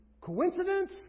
coincidence